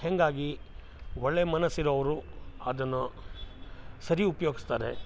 ಹಂಗಾಗಿ ಒಳ್ಳೆಯ ಮನಸ್ಸಿರೋವ್ರು ಅದನ್ನು ಸರಿ ಉಪಯೋಗ್ಸ್ತಾರೆ